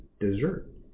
dessert